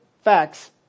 facts